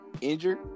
injured